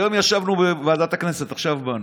היום ישבנו בוועדת הכנסת, עכשיו באנו,